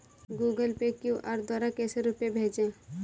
Google Pay QR द्वारा कैसे रूपए भेजें?